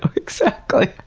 ah exactly.